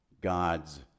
God's